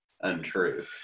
untrue